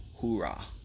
hoorah